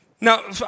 Now